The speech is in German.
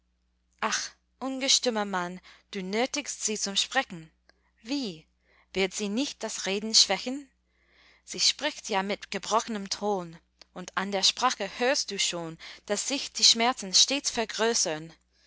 ach ungestümer mann du nötigst sie zum sprechen wie wird sie nicht das reden schwächen sie spricht ja mit gebrochnem ton und an der sprache hörst du schon daß sich die schmerzen stets vergrößern